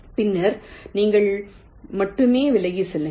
பின்னர் நீங்கள் மட்டுமே விலகிச் செல்லுங்கள்